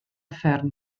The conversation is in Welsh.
fferm